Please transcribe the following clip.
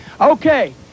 okay